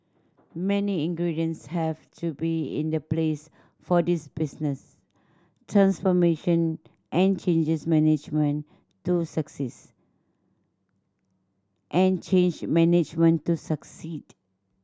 many ingredients have to be in the place for this business transformation and changes management to success and change management to succeed